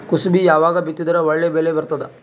ಕುಸಬಿ ಯಾವಾಗ ಬಿತ್ತಿದರ ಒಳ್ಳೆ ಬೆಲೆ ಬರತದ?